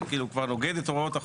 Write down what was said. זה כבר נוגד את הוראות החוק,